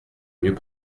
mieux